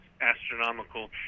astronomical